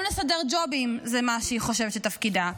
גם לסדר ג'ובים, זה מה שהיא חושבת שתפקידה.